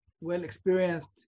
well-experienced